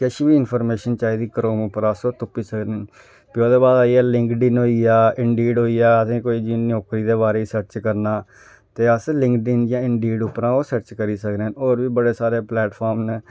किश बी इंफार्मेंशन चाहिदी करोम पर अस तुप्पी सकने फिर उ'दे बाद आईया लिंगडिन होइया इंडिड होइया कोई नौकरी दे बारे च सर्च करना ते अस लिंगडिन इंडिड परा सर्च करी सकने होर बी बड़े सारे प्लेटफार्म न